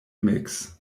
mix